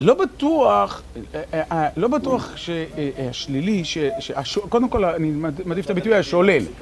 לא בטוח, לא בטוח שהשלילי, שקודם כל אני מעדיף את הביטוי השולל.